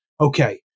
okay